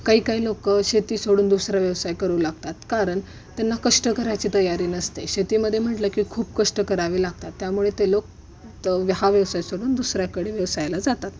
काही काही लोकं शेती सोडून दुसरा व्यवसाय करू लागतात कारण त्यांना कष्ट करायची तयारी नसते शेतीमध्ये म्हटलं की खूप कष्ट करावे लागतात त्यामुळे ते लोक तर हा व्यवसाय सोडून दुसऱ्याकडे व्यवसायाला जातात